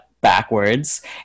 backwards